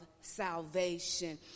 salvation